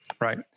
right